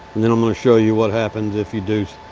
and then i'm gonna show you what happens if you do,